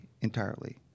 entirely